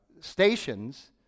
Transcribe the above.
Stations